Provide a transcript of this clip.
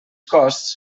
costs